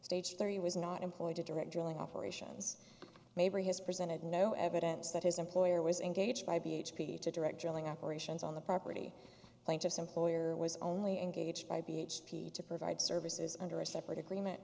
stage three was not employed to direct drilling operations neighbor has presented no evidence that his employer was engaged by b h p to direct drilling operations on the property plaintiff's employer was only engaged by b h p to provide services under a separate agreement